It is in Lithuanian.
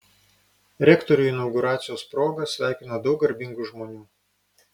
rektorių inauguracijos proga sveikino daug garbingų žmonių